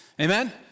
Amen